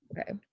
Okay